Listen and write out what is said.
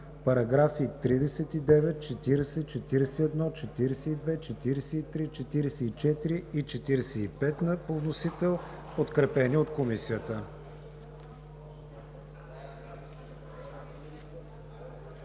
параграфи 39, 40, 41, 42, 43, 44 и 45 по вносител, подкрепени от Комисията.